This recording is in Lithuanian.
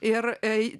ir eiti